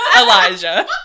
Elijah